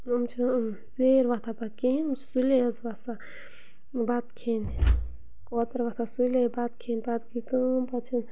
یِم چھِ یِم ژیٖرۍ وۄتھان پَتہٕ کِہیٖنۍ یِم چھِ سُلی حظ وَسان بَتہٕ کھیٚنۍ کوتَر وۄتھان سُلے بَتہٕ کھیٚنۍ پَتہٕ گٔے کٲم پَتہٕ چھِ